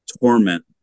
torment